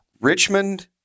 Richmond